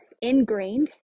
ingrained